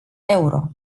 euro